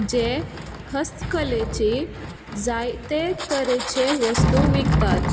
जे हस्तकलेची जायते तरेची वस्तू विकतात